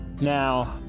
now